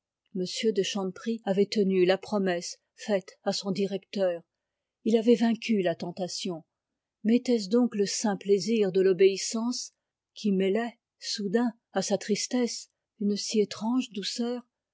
de chanteprie avait tenu la promesse faite à son directeur il avait vaincu la tentation mais était-ce donc le saint plaisir de l'obéissance qui mêlait soudain à sa tristesse une si étrange douceur